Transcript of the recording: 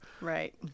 Right